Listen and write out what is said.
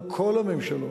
על כל הממשלות.